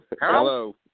Hello